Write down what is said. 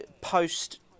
post